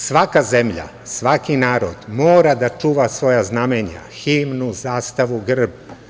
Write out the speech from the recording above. Svaka zemlja, svaki narod mora da čuva svoja znamenja, himnu, zastavu, grb.